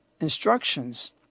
instructions